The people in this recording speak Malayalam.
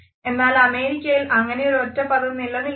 എന്നാൽ അമേരിക്കയിൽ അങ്ങനെ ഒരു ഒറ്റപ്പദം നിലനിൽക്കുന്നില്ല